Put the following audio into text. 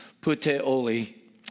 Puteoli